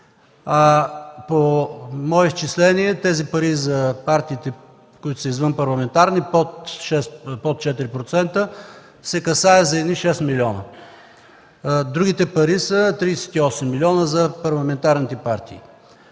По мои изчисления парите за партиите, които са извънпарламентарни – под 4%, се касае за едни шест милиона. Другите пари са 38 милиона за парламентарните партии.